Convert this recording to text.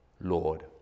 Lord